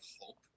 hope